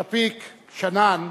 שכיב שנאן